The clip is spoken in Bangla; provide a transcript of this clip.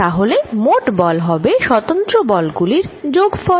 তাহলে মোট বল হবে স্বতন্ত্র বল গুলির যোগফল